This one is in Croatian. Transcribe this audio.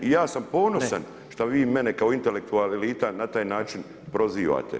I ja sam ponosan šta vi mene kao intelektulna elita na taj način prozivate.